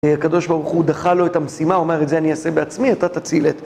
הקדוש ברוך הוא דחה לו את המשימה, הוא אומר, את זה אני אעשה בעצמי, אתה תציל את.